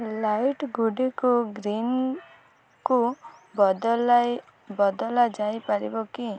light ଗୁଡ଼ିକୁ ଗ୍ରୀନ୍କୁ ବଦଳାଇ ବଦଳା ଯାଇପାରିବ କି